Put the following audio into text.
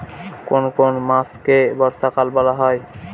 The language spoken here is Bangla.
কোন কোন মাসকে বর্ষাকাল বলা হয়?